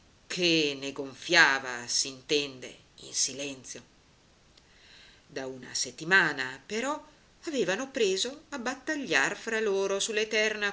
che ne gonfiava s'intende in silenzio da una settimana però avevano preso a battagliar fra loro